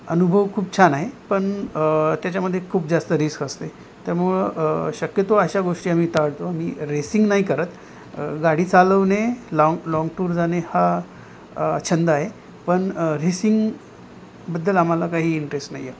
अनुभव खूप छान आहे पण त्याच्यामध्ये खूप जास्त रिस्क असते त्यामुळं शक्यतो अशा गोष्टी आम्ही टाळतो मी रेसिंग नाही करत गाडी चालवणे लाँग लाँग टूर जाणे हा छंद आहे पण रेसिंग बद्दल आम्हाला काही इंटरेस नाही आहे